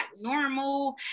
normal